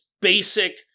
basic